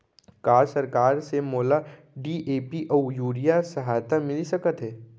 का सरकार से मोला डी.ए.पी अऊ यूरिया के सहायता मिलिस सकत हे?